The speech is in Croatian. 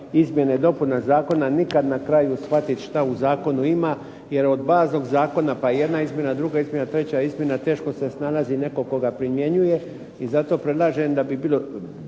izmjene i dopune zakona, nikada na kraju shvatiti što u zakonu ima, jer od baznog zakona pa jedna izmjena, druga izmjena, treća izmjena, teško se snalazi onaj tko ga primjenjuje. I zato predlažem bilo